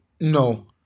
No